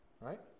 right